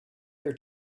her